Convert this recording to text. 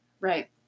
right